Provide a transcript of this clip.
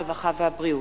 הרווחה והבריאות,